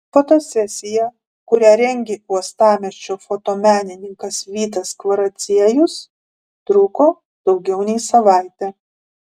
fotosesija kurią rengė uostamiesčio fotomenininkas vytas kvaraciejus truko daugiau nei savaitę